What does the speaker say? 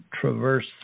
traverse